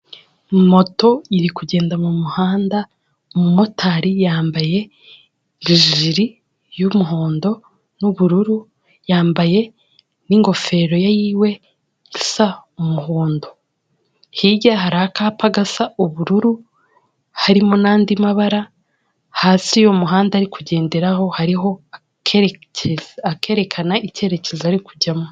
Moto iri kugenda mu muhanda, umumotari yambaye ijiri y'umuhondo n'ubururu, yambaye n'ingofero yiwe isa umuhondo. Hirya hari akapa gasa ubururu, harimo n'andi mabara, hasi y'umuhanda ari kugenderaho hariho akerekana icyerekezo ari kujyamo.